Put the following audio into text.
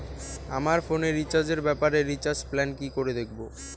আমার ফোনে রিচার্জ এর ব্যাপারে রিচার্জ প্ল্যান কি করে দেখবো?